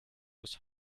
was